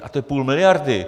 Je to půl miliardy.